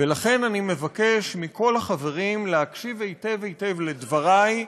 ולכן אני מבקש מכל החברים להקשיב היטב היטב לדברי,